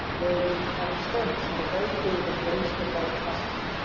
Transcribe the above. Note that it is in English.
where you have experiments that are very big and very sort of multifaceted,